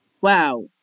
wow